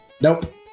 Nope